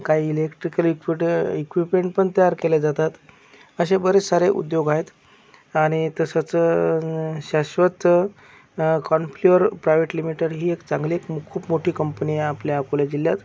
काही इलेक्ट्रिकल ईपोर्ट ईक्विपमेंट पण तयार केले जातात असे बरेच सारे उद्योग आहेत आणि तसंच शाश्वत कॉन्फ्लिवेअर प्रायव्हेट लिमिटेड ही एक चांगली एक खूप मोठी कंपनी आहे आपल्या अकोला जिल्ह्यात